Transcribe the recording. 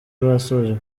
basoje